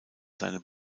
seine